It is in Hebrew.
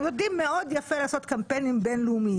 הם יודעים יפה מאוד לעשות קמפיינים בינלאומיים.